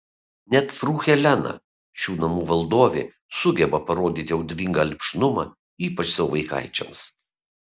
net fru helena šių namų valdovė sugeba parodyti audringą lipšnumą ypač savo vaikaičiams